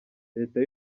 leta